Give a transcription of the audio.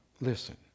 Listen